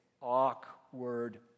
awkward